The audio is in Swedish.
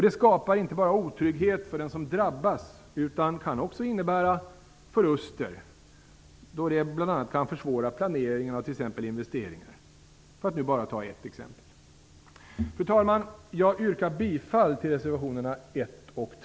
Det skapar inte bara otrygghet för dem som drabbas, utan det kan också innebära förluster, då det bl.a. kan försvåra planeringen av t.ex. investeringar, för att nu bara ta ett exempel. Fru talman! Jag yrkar bifall till reservationerna 1